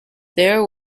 there